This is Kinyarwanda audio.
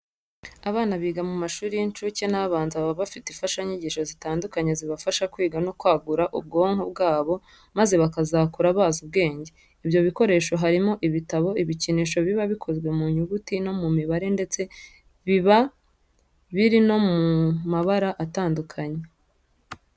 Abana biga mu mashuri y'incuke n'abanza baba bafite imfashanyigisho zitandukanye zibafasha kwiga no kwagura ubwonko bwabo maze bakazakura bazi ubwenge. Ibyo bikoresho harimo ibitabo, ibikinisho biba bikozwe mu nyuguti no mu mibare ndetse biba biri no mu mabara atandukanye.